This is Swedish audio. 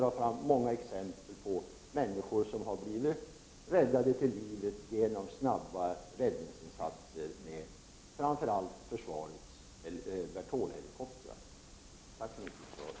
Det finns många exempel på att människor har blivit räddade till livet genom snabba räddningsinsatser med hjälp av försvarets Vertolhelikoptrar. Jag tackar alltså så mycket för svaret.